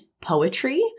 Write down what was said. poetry